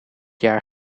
jaar